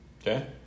Okay